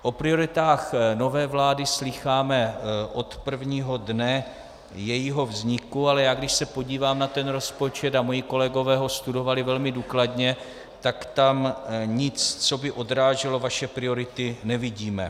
O prioritách nové vlády slýcháme od prvního dne jejího vzniku, ale když se podívám na ten rozpočet, a moji kolegové ho studovali velmi důkladně, tak tam nic, co by odráželo vaše priority, nevidíme.